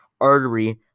artery